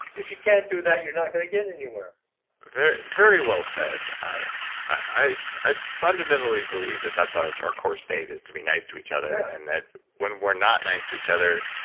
if you can't do that, you're not going to get anywhere very very well said. i i fundamentally believe that that's our our core state is to be nice to each other and that when we're not nice to each other.